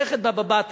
במסכת בבא בתרא,